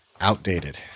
outdated